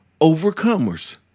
overcomers